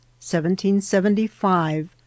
1775